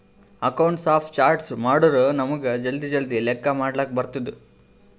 accounts of charts ಮಾಡುರ್ ನಮುಗ್ ಜಲ್ದಿ ಜಲ್ದಿ ಲೆಕ್ಕಾ ಮಾಡ್ಲಕ್ ಬರ್ತುದ್